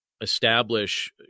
establish